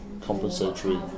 compensatory